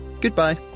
goodbye